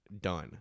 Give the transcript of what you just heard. done